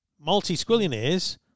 multi-squillionaires